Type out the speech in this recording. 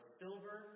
silver